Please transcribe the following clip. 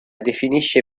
definisce